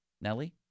Nelly